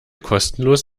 kostenlos